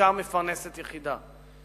בעיקר מפרנסת יחידה,